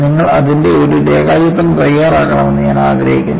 നിങ്ങൾ അതിന്റെ ഒരു രേഖാചിത്രം തയ്യാറാക്കണമെന്ന് ഞാൻ ആഗ്രഹിക്കുന്നു